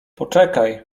poczekaj